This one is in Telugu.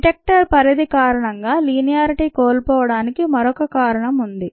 డిటెక్టర్ పరిధి కారణంగా లీనియారిటి కోల్పోవడానికి మరో కారణం ఉంది